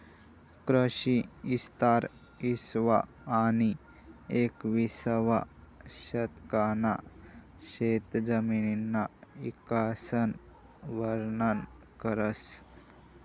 कृषी इस्तार इसावं आनी येकविसावं शतकना शेतजमिनना इकासन वरनन करस